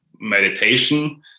meditation